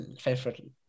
favorite